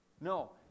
No